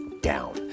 down